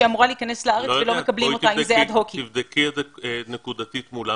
שאמורה להיכנס לארץ ולא מקבלים אותה,